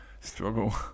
struggle